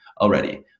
already